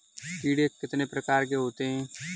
कीड़े कितने प्रकार के होते हैं?